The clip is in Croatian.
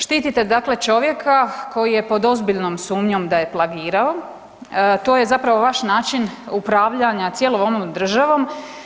Štitite, dakle, čovjeka koji je pod ozbiljnom sumnjom da je plagirao, to je zapravo vaš način upravljanja cijelom ovom državom.